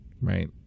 right